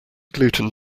gluten